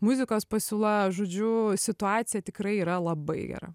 muzikos pasiūla žodžiu situacija tikrai yra labai gera